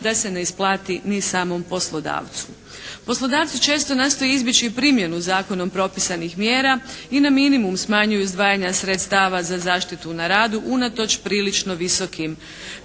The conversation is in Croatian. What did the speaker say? da se ne isplati ni samom poslodavcu. Poslodavci često nastoje izbjeći primjenu zakonom propisanih mjera i na minimum smanjuju izdvajanja sredstava za zaštitu na radu unatoč prilično visokim